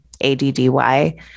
A-D-D-Y